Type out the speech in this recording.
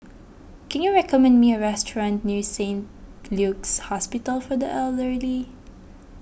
can you recommend me a restaurant near Saint Luke's Hospital for the Elderly